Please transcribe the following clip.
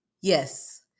Yes